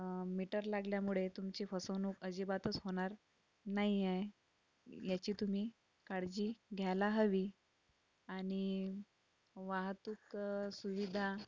metre लागल्यामुळे तुमची फसवणूक अजिबातच होणार नाहीये याची तुम्ही काळजी घ्यायला हवी आणि वाहतूक सुविधा